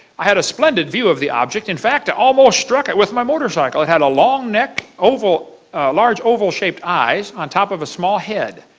i had a splendid view of the object. in fact i almost struck it with my motorcycle! it had a long neck, and large oval shaped eyes, on top of a small head.